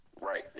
Right